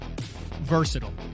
versatile